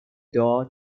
door